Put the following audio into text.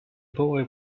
boy